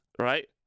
Right